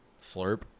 Slurp